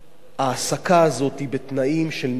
ההעסקה הזאת בתנאים של ניצול